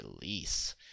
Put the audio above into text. release